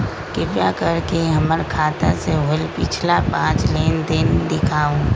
कृपा कर के हमर खाता से होयल पिछला पांच लेनदेन दिखाउ